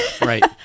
Right